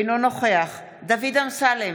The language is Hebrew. אינו נוכח דוד אמסלם,